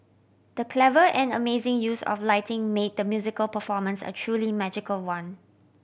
the clever and amazing use of lighting made the musical performance a truly magical one